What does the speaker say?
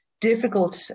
difficult